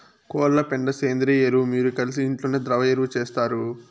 కోళ్ల పెండ సేంద్రియ ఎరువు మీరు కలిసి ఇంట్లోనే ద్రవ ఎరువు చేస్తారు